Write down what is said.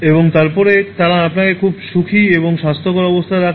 এবং তারপরে তারা আপনাকে খুব সুখী এবং স্বাস্থ্যকর অবস্থায় রাখা